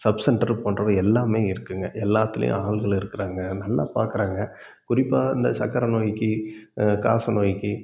subcentre போன்றவை எல்லாமே இருக்குதுங்க எல்லாத்துலேயும் ஆட்கள் இருக்கிறாங்க நல்லா பார்க்குறாங்க குறிப்பாக இந்த சர்க்கர நோய்க்கு காச நோய்க்கு